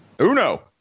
Uno